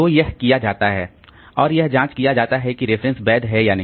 तो यह किया जाता है और यह जांच किया जाता है कि रेफरेंस वैध है या नहीं